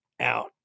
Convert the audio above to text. out